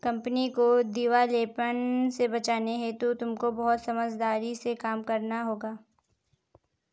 company को दिवालेपन से बचाने हेतु तुमको बहुत समझदारी से काम करना होगा